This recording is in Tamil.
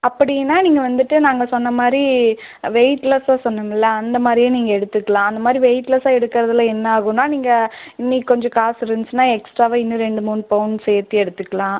அப்படினால் நீங்கள் வந்துட்டு நாங்கள் சொன்ன மாதிரி வெயிட்லெஸ்ஸில் சொன்னோம்மில்லே அந்த மாதிரியே நீங்கள் எடுத்துக்லாம் அந்த மாதிரி வெயிட்லெஸ்ஸாக எடுக்கிறதுல என்ன ஆகுனால் நீங்கள் இன்றைக்கு கொஞ்சம் காசு இருந்துச்சுனா எக்ஸ்ட்டாகவே இன்னும் ரெண்டு மூணு பவுன் சேர்த்து எடுத்துக்கலாம்